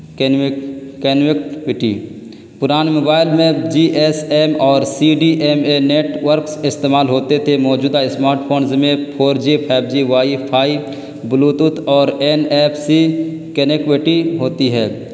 کینوک connectivity پرانے mobile میں G S M اور C D M A networks استعمال ہوتے تھے موجودہ اسمارٹ فونز میں four G five G wifi Bluetooth اور این ایف سی کنیکوٹی ہوتی ہے